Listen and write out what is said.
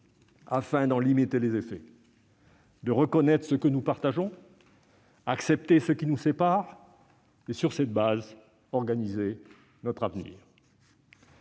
afin d'en limiter les effets, de reconnaître ce que nous partageons, d'accepter ce qui nous sépare et, sur cette base, d'organiser notre avenir.